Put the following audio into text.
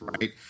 right